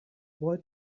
boy